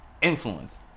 Influence